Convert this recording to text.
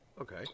Okay